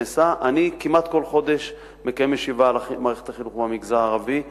אני כמעט כל חודש מקיים ישיבה על מערכת החינוך במגזר הערבי.